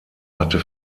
hatte